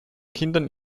kindern